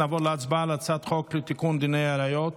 נעבור להצבעה על הצעת חוק לתיקון דיני הראיות